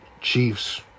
Chiefs